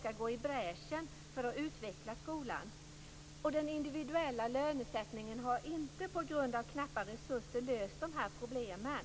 skall gå i bräschen för att utveckla skolan. Den individuella lönesättningen har, på grund av knappa resurser, inte löst de här problemen.